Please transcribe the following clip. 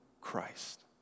Christ